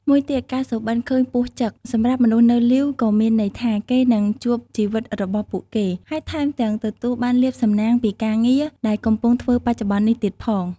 មួយទៀត ការសុបិន្តឃើញពស់ចឹក សម្រាប់មនុស្សនៅលីវក៏មានន័យថា គេនឹងជួបជីវិតរបស់ពួកគេ ហើយថែមទាំងទទួលបានលាភសំណាងពីការងារ ដែលកំពុងធ្វើបច្ចុប្បន្ននេះទៀតផង។